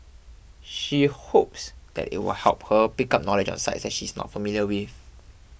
she hopes that it will help her pick up knowledge on sites that she is not familiar with